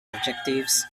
objectives